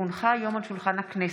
כי הונחה היום על שולחן הכנסת,